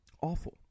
Awful